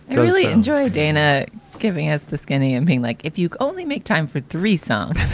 really enjoy dana giving us the skinny and being like, if you only make time for three songs